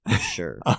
sure